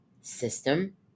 system